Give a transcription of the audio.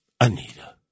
Anita